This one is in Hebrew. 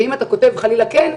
ואם אתה כותב חלילה כן,